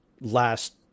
last